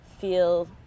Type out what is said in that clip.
feel